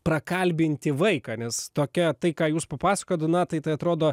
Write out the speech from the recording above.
prakalbinti vaiką nes tokia tai ką jūs papasakojot donatai tai atrodo